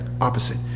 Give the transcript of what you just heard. opposite